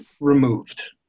removed